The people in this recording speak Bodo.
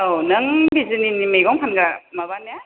औ नों बिजनिनि मैगं फानग्रा माबाना